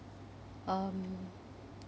uh